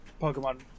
Pokemon